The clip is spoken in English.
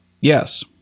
Yes